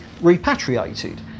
repatriated